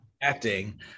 acting